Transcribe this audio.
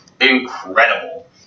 incredible